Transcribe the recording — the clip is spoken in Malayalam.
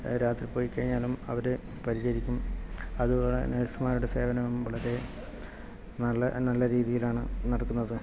രാത്രി പോയികഴിഞ്ഞാലും അവർ പരിചരിക്കും അതുപോലെ തന്നെ നർസുമാരുടെ സേവനം വളരെ നല്ല നല്ലരീതിയിലാണ് നടക്കുന്നത്